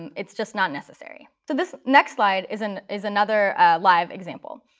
and it's just not necessary. so this next slide is and is another live example.